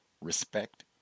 respect